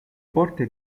porte